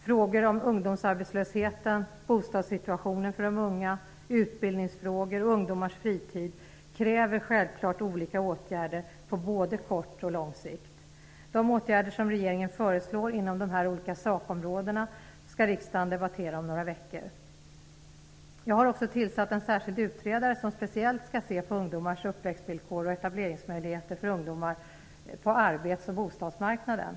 Frågor om ungdomsarbetslöshet, de ungas bostadssituation, utbildning och ungdomars fritid kräver självklart olika åtgärder på både kort och lång sikt. De åtgärder som regeringen föreslår inom de här olika sakområdena skall riksdagen debattera om några veckor. Jag har också tillsatt en särskild utredare som speciellt skall se på ungdomars uppväxtvillkor och etableringsmöjligheter på arbets och bostadsmarknaden.